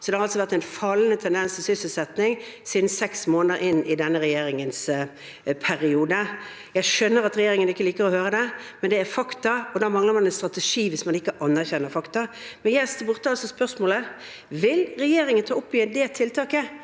Det har altså vært en fallende tendens i sysselsetting siden seks måneder inn i denne regjeringens periode. Jeg skjønner at regjeringen ikke liker å høre det, men det er et faktum, og da mangler man en strategi hvis man ikke anerkjenner fakta. Jeg stilte altså spørsmålet: Vil regjeringen ta opp igjen det tiltaket